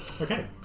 Okay